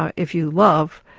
ah if you love,